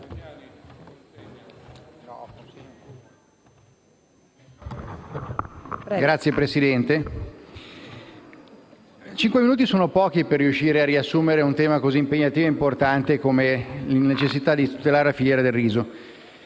Signora Presidente, cinque minuti sono pochi per riuscire a riassumere un tema impegnativo e importante come la necessità di tutelare la filiera del riso.